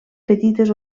petites